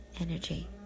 energy